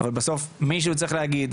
אבל בסוף מישהו צריך להגיד,